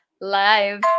live